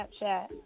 Snapchat